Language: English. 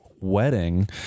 wedding